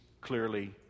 clearly